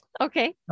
okay